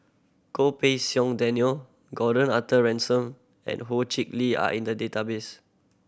Goh Pei Siong Daniel Gordon Arthur Ransome and Ho Chee Lee are in the database